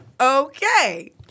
Okay